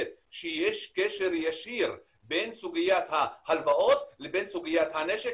שיש קשר ישיר בין סוגיית ההלוואות לבין סוגיית הנשק.